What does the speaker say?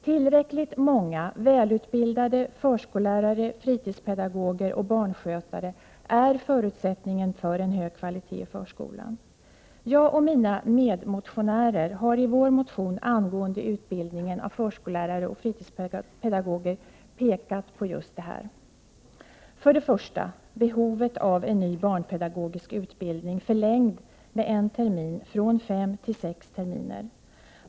Tillräckligt många välutbildade förskollärare, fritidspedagoger och barnskötare är förutsättningen för en hög kvalitet i förskolan. Jag och mina medmotionärer har i vår motion angående utbildningen av förskollärare och fritidspedagoger pekat på just detta. För det första handlar det om behovet av en ny barnpedagogisk utbildning, förlängd med en termin från fem till sex terminer.